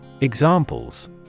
Examples